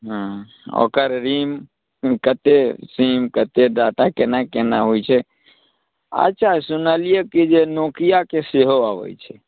हूँ ओकर रीम कत्ते सीम कत्ते डाटा केना केना होइत छै अच्छा सुनलियै की जे नोकिआके सेहो अबैत छै